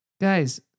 Guys